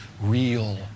real